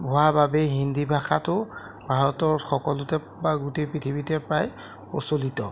হোৱা বাবে হিন্দী ভাষাটো ভাৰতৰ সকলোতে বা গোটেই পৃথিৱীতে প্ৰায় প্ৰচলিত